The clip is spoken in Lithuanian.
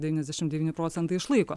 devyniasdešim devyni procentai išlaiko